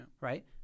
right